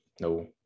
No